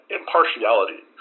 impartiality